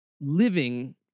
living